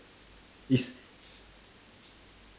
is